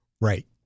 Right